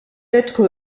être